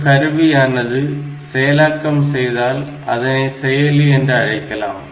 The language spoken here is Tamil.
ஒரு கருவியானது செயலாக்கம் செய்தால் அதனை செயலி என்று அழைக்கலாம்